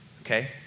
okay